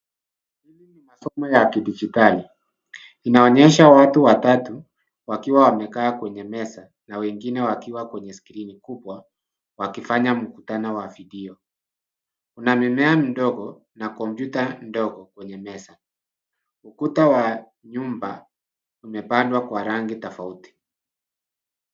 Masomo ya kidijitali: inaonyesha watu watatu wakiwa wamekaa kwenye meza na wengine wakiwa kwenye skrini kubwa, wakifanya mkutano wa video. Kuna mmea mdogo na kompyuta ndogo kwenye meza. Ukuta wa nyumba umepandwa kwa rangi tofauti.